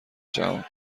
جهان